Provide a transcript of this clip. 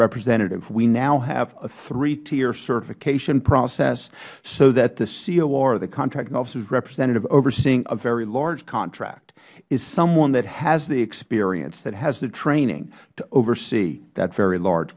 representative we now have a three tier certification process so that the cor or the contracting officers representative overseeing a very large contract is someone that has the experience that has the training to oversee that very large